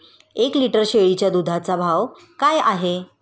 एक लिटर शेळीच्या दुधाचा भाव काय आहे?